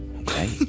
okay